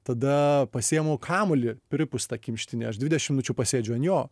tada pasiimu kamuolį pripūstą kimštinį aš dvidešim minučių pasėdžiu ant jo